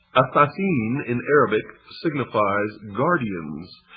assasseen in arabic signifies guardians,